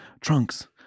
trunks